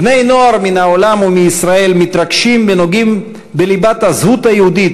בני-נוער מהעולם ומישראל מתרגשים ונוגעים בליבת הזהות היהודית